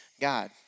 God